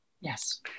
Yes